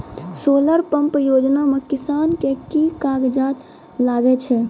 Solar pump योजना म किसान के की कागजात लागै छै?